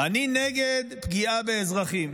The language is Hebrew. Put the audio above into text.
אני נגד פגיעה באזרחים.